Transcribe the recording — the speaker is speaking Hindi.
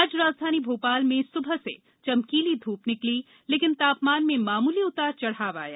आज राजधानी भोपाल में सुबह से चमकीली धूप निकली लेकिन तापमान में मामूली उतार चढाव आया